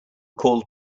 called